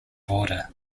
border